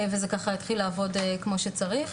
וזה ככה התחיל לעבוד כמו שצריך.